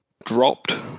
dropped